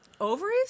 Ovaries